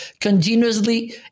continuously